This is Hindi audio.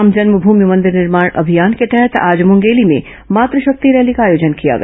राम जन्मभूमि मंदिर निर्माण अभियान के तहत आज मुंगेली में मातृ शक्ति रैली का आयोजन किया गया